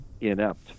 inept